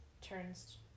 turns